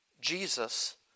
Jesus